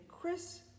Chris